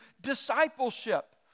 discipleship